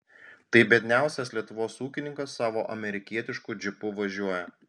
tai biedniausias lietuvos ūkininkas savo amerikietišku džipu važiuoja